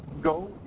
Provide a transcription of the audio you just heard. go